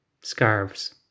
scarves